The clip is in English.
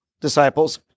disciples